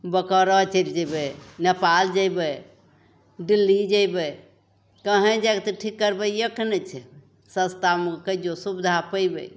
बोकारो चलि जएबै नेपाल जएबै दिल्ली जएबै कहैँ जाके तऽ ठीक करबैके ने छै सस्तामे कहिजोँ सुविधा पएबै